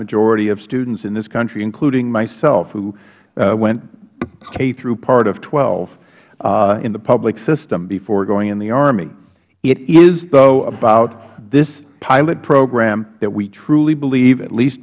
majority of students in this country including myself who went k through part of twelve in the public system before going in the army it is though about this pilot program that we truly believe at least